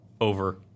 over